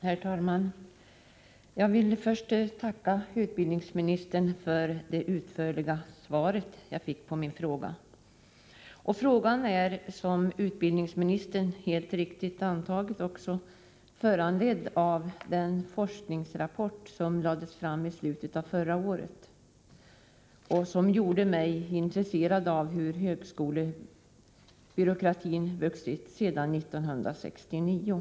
Herr talman! Jag vill först tacka utbildningsministern för det utförliga svar jag fick på min fråga. Frågan är — som utbildningsministern helt riktigt antagit — föranledd av den forskningsrapport som lades fram i slutet av förra året och som gjorde mig intresserad av hur högskolebyråkratin vuxit sedan 1969.